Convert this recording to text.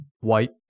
white